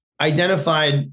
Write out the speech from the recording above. identified